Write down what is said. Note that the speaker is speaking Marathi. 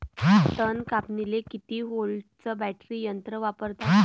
तन कापनीले किती व्होल्टचं बॅटरी यंत्र वापरतात?